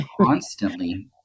constantly